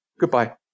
goodbye